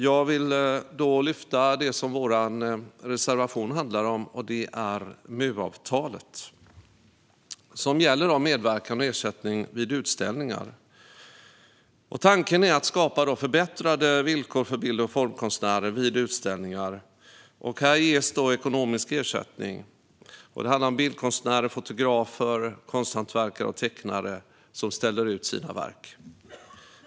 Jag vill lyfta fram det som vår reservation handlar om: MU-avtalet, som gäller medverkan och ersättning vid utställningar. Tanken är att skapa förbättrade villkor för bild och formkonstnärer vid utställningar. Här ges ekonomisk ersättning till bildkonstnärer, fotografer, konsthantverkare och tecknare, som ställer ut sina verk.